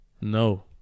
No